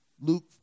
Luke